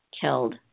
killed